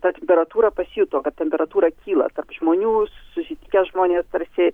ta temperatūra pasijuto kad temperatūra kyla tarp žmonių susitikę žmonės tarsi